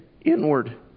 inward